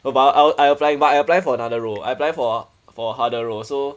oh but I'll I applying but I applying for another role I apply for for harder role so